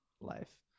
life